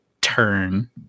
turn